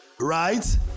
Right